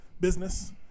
business